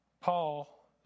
Paul